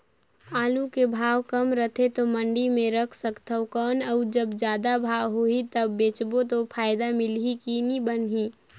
आलू के भाव कम रथे तो मंडी मे रख सकथव कौन अउ जब जादा भाव होही तब बेचबो तो फायदा मिलही की बनही?